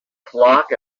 flock